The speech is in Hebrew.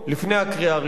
לפני הקריאה הראשונה.